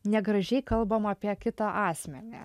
negražiai kalbama apie kitą asmenį